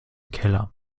keller